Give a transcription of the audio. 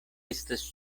estas